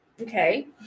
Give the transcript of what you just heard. okay